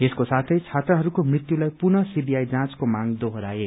यसको साथै छात्रहरूको मृत्युलाई पुनः सीबाआई जाँचको माग दोहोराए